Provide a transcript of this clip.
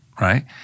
right